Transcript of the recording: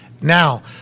now